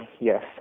Yes